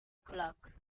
clock